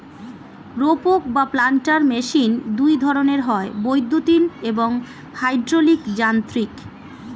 রোপক বা planter machine দুই ধরনের হয়, বৈদ্যুতিন এবং হাইড্রলিক যান্ত্রিক